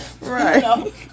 Right